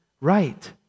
right